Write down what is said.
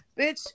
bitch